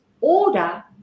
order